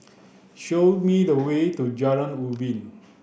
show me the way to Jalan Ubin